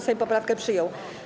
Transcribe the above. Sejm poprawkę przyjął.